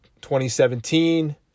2017